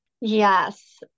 Yes